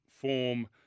form